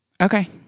Okay